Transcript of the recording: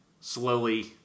slowly